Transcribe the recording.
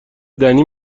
دنی